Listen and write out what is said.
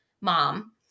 mom